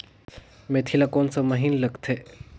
मेंथी ला कोन सा महीन लगथे?